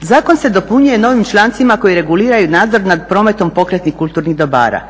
Zakon se dopunjuje novim člancima koji reguliraju nadzor nad prometom pokretnih kulturnih dobara